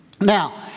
Now